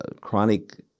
chronic